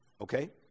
okay